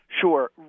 Sure